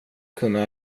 kunna